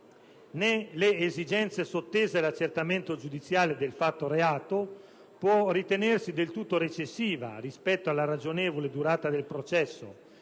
Né l'esigenza sottesa all'accertamento giudiziale del fatto di reato può ritenersi del tutto recessiva rispetto alla ragionevole durata del processo,